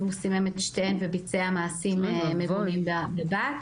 סימם את שתיהן וביצע מעשים מגונים בבת,